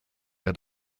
hat